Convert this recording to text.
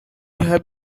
have